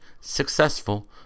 successful